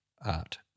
art